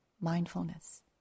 mindfulness